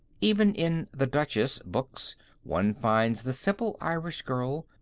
even in the duchess books one finds the simple irish girl,